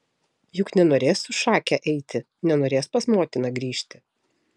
juk nenorės su šake eiti nenorės pas motiną grįžti